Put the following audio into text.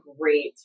great